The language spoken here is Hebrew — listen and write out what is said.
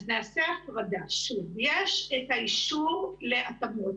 אז נעשה הפרדה, שוב, יש את האישור להתאמות.